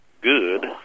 good